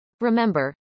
Remember